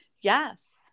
Yes